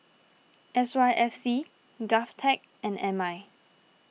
S Y F C Govtech and M I